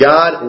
God